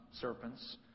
serpents